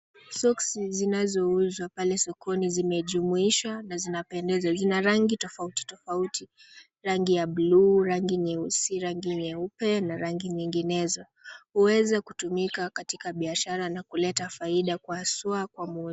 Soksi zinazouzwa pale sokoni zimejumuishwa na zinapendeza. Zina rangi tofauti tofauti rangi ya buluu, rangi nyeusi, rangi nyeupe na rangi nyinginezo. Huweza kutumika katika biashara na kuleta faida haswa kwa muuzaji.